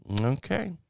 Okay